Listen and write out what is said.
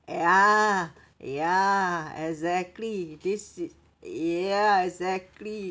ya ya exactly this it ya exactly